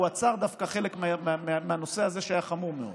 הוא עצר חלק מהנושא הזה, שהיה חמור מאוד.